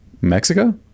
mexico